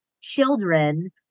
children